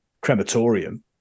crematorium